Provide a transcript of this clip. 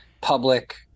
public